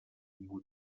بود